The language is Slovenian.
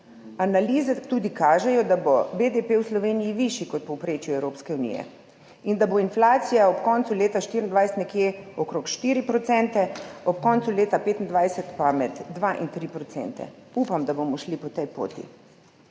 tudi kažejo, da bo BDP v Sloveniji višji kot v povprečju Evropske unije in da bo inflacija ob koncu leta 2024 nekje okrog 4 %, ob koncu leta 2025 pa med 2 in 3 %. Upam, da bomo šli po tej poti.